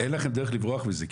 אין לכם דרך לברוח מזה,